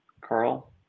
Carl